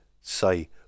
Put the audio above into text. say